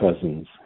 cousins